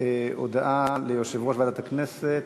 הודעה ליושב-ראש ועדת הכנסת,